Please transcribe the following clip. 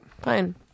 Fine